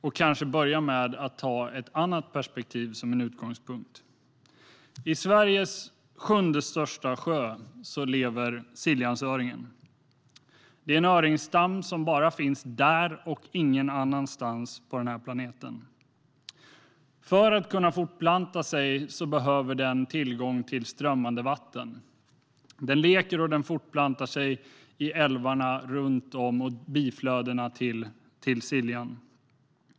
Jag ska börja med att ta ett annat perspektiv som min utgångspunkt. I Sveriges sjunde största sjö lever Siljansöringen. Det är en öringsstam som bara finns där och ingen annanstans på den här planeten. För att kunna fortplanta sig behöver den tillgång till strömmande vatten. Den leker och fortplantar sig i älvarna runt om och i biflödena till Siljan.